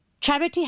Charity